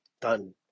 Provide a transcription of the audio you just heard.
Done